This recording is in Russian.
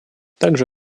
также